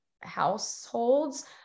households